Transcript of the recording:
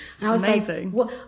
Amazing